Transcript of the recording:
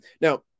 Now